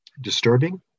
disturbing